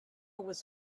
was